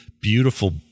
beautiful